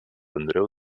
andreu